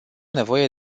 nevoie